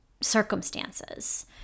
circumstances